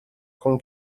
con